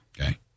Okay